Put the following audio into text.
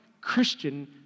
Christian